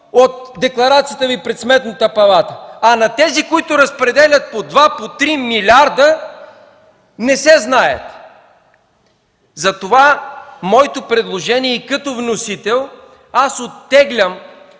от декларацията Ви пред Сметната палата. На тези, които разпределят по 2, по 3 милиарда, не се знаят. Затова предложението ми и като вносител – оттеглям